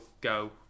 go